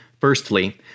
Firstly